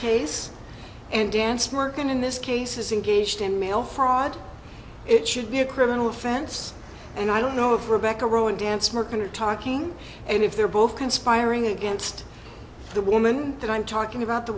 case and dance merkin in this case is engaged in mail fraud it should be a criminal offense and i don't know of rebecca rowe and dance marketer talking and if they're both conspiring against the woman that i'm talking about the